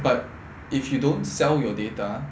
but if you don't sell your data